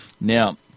Now